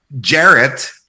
Jarrett